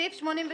הסעיף אושר.